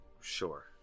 Sure